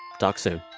talk soon